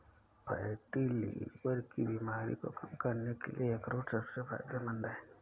fatty liver की बीमारी को कम करने के लिए अखरोट सबसे फायदेमंद है